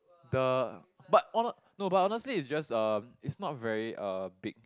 the but hon~ no but honestly is just uh it's not very uh big